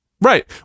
Right